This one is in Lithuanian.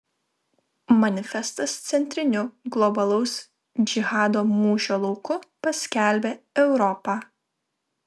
manifestas centriniu globalaus džihado mūšio lauku paskelbė europą